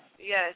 Yes